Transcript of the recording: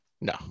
No